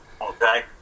okay